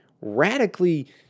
radically